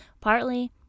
partly